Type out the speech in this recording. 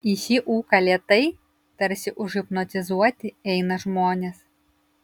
į šį ūką lėtai tarsi užhipnotizuoti eina žmonės